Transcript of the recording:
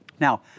Now